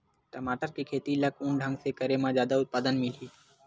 टमाटर के खेती ला कोन ढंग से करे म जादा उत्पादन मिलही?